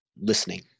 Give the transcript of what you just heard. listening